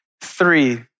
three